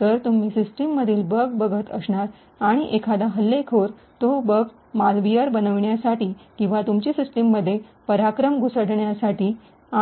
तर तुम्ही सिस्टम मधील बग बघत असणार आणि एखादा हल्लेखोर तो बग मालविअर बनवण्यासाठी किवा तुमची सिस्टम मध्ये पराक्रम घुसडण्यासाठी